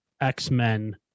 X-Men